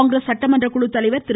காங்கிரஸ் சட்டமன்ற குழு தலைவர் திரு